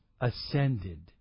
ascended